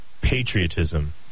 patriotism